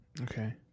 Okay